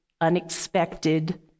unexpected